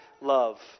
love